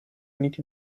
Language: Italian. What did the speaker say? uniti